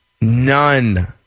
none